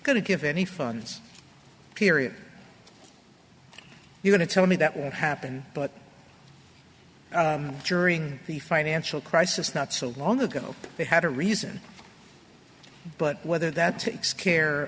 going to give any funds period you want to tell me that won't happen but during the financial crisis not so long ago they had a reason but whether that takes care